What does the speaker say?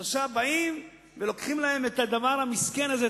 אז עכשיו באים ולוקחים להם את הדבר המסכן הזה,